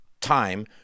time